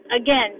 Again